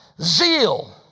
zeal